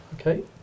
Okay